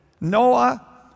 Noah